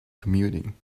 commuting